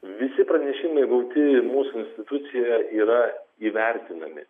visi pranešimai gauti mūsų institucijoje yra įvertinami